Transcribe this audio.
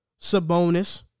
Sabonis